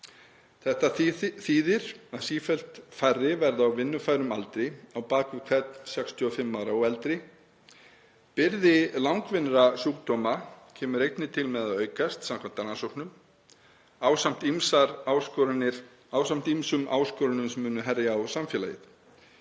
Þetta þýðir að sífellt færri verða á vinnufærum aldri á bak við hvern 65 ára og eldri. Byrði langvinnra sjúkdóma kemur einnig til með að aukast samkvæmt rannsóknum ásamt ýmsum áskorunum sem munu herja á samfélagið.